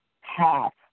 half